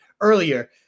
earlier